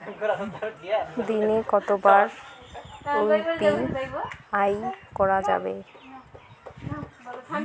দিনে কতবার ইউ.পি.আই করা যাবে?